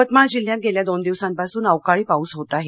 यवतमाळ जिल्ह्यात गेल्या दोन दिवसांपासून अवकाळी पाऊस होत आहे